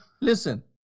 Listen